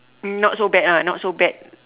not so bad ah not so bad